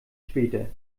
später